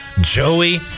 Joey